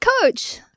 coach